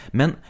Men